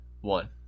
one